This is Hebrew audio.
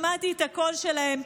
שמעתי את הקול שלהן.